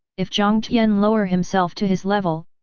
if jiang tian lower himself to his level,